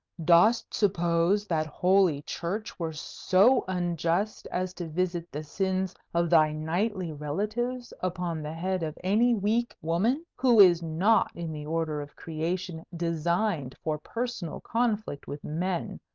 dost suppose that holy church were so unjust as to visit the sins of thy knightly relatives upon the head of any weak woman, who is not in the order of creation designed for personal conflict with men,